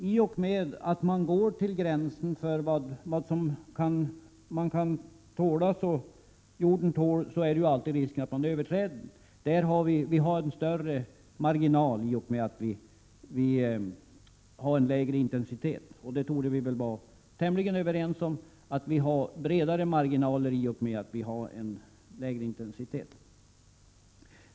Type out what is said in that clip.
I och med att man går till gränsen för vad jorden tål finns alltid risken att man överträder denna gräns. Med en lägre intensitet får man en större marginal. Vi torde vara tämligen överens om att vi har bredare marginaler i och med att vi förordar en lägre intensitet.